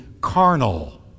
carnal